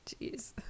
jeez